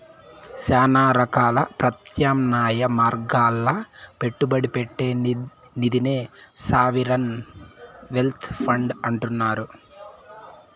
శానా రకాల ప్రత్యామ్నాయ మార్గాల్ల పెట్టుబడి పెట్టే నిదినే సావరిన్ వెల్త్ ఫండ్ అంటుండారు